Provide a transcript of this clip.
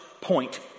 point